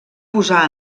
posar